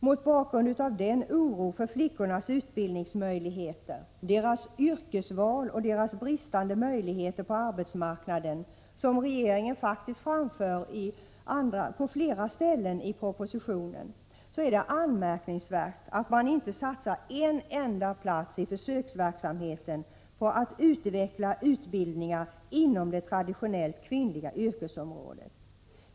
Mot bakgrund av den oro för flickornas utbildningsmöjligheter, deras yrkesval och deras bristande möjligheter på arbetsmarknaden — som regeringen framför på flera ställen i budgetpropositionen — är det anmärkningsvärt, att man inte satsar en enda plats i försöksverksamheten på att utveckla utbildningar inom det traditionellt kvinnliga yrkesområdet.